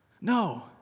No